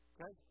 Okay